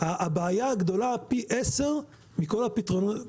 הבעיה הגדולה פי עשר מכל הפתרונות הקיימים.